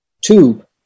tube